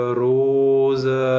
rose